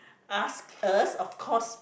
ask us of course